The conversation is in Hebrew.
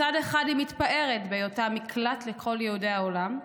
מצד אחד היא מתפארת בהיותה מקלט לכל יהודי העולם,